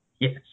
Yes